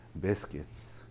biscuits